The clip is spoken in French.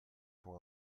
pour